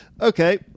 Okay